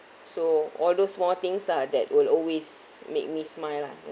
so all those small things ah that will always make me smile lah